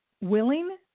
willing